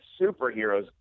superheroes